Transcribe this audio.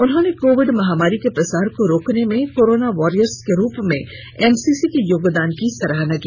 उन्होंने कोविड महामारी के प्रसार को रोकने में कोरोना वारियर्स के रूप में एनसीसी के योगदान की सराहना की